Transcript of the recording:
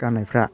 गाननायफ्रा